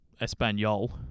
Espanol